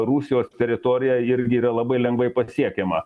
rusijos teritorija irgi yra labai lengvai pasiekiama